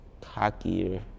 cockier